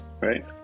right